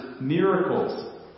miracles